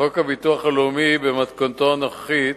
חוק הביטוח הלאומי במתכונתו הנוכחית